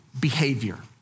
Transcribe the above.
behavior